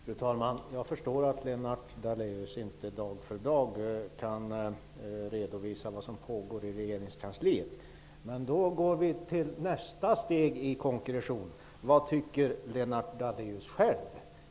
Fru talman! Jag förstår att Lennart Daléus inte dag för dag kan redovisa vad som pågår i regeringskansliet. Men då går vi över till nästa steg i konkretion. Vad tycker Lennart Daléus själv?